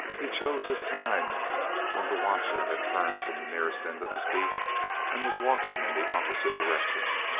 he chose his time when the watcher had turned from the nearest end of his beat and was walking in the opposite direction.